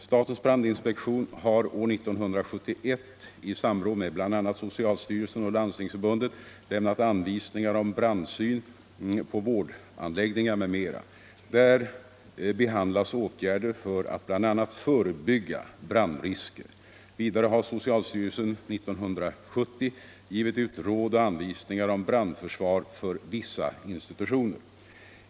Statens brandinspektion har år 1971 i samråd med bl.a. socialstyrelsen och Landstingsförbundet lämnat anvisningar om brandsyn på vårdanläggningar m.m. Där behandlas åtgärder för att bl.a. förebygga brandrisker. Vidare har socialstyrelsen år 1970 givit ut råd och anvisningar om brandförsvar vid vissa institutioner.